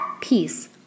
peace